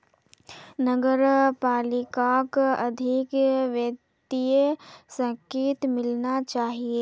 नगर पालिकाक अधिक वित्तीय शक्ति मिलना चाहिए